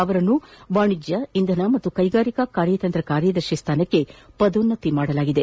ಅವರನ್ನು ವಾಣಿಜ್ಯ ಇಂಧನ ಮತ್ತು ಕೈಗಾರಿಕಾ ಕಾರ್ಯತಂತ್ರ ಕಾರ್ಯದರ್ಶಿ ಸ್ಥಾನಕ್ಕೆ ಪದೋನ್ನತಿ ನೀಡಲಾಗಿದೆ